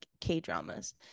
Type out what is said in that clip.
K-dramas